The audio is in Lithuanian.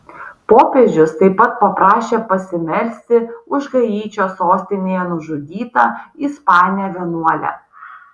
popiežius taip pat paprašė pasimelsti už haičio sostinėje nužudytą ispanę vienuolę